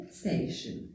station